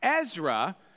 Ezra